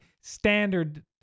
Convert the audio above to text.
standard